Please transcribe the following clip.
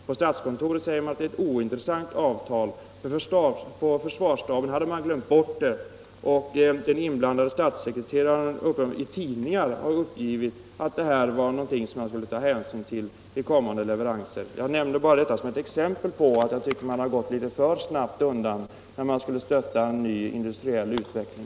På statskontoret säger man att det är ett ointressant avtal, och på försvarsstaben hade man glömt bort det. Den inblandade statssekreteraren har i tidningar uppgivit att det här var någonting som man skulle ta hänsyn till vid kommande leveranser. Jag nämner detta bara som ett exempel på att man, som jag tycker, har gått litet för snabbt fram när man skulle stötta en ny industriell utveckling.